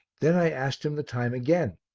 then i asked him the time again.